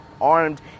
armed